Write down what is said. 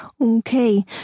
Okay